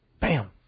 bam